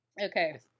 Okay